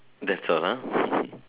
that's all ah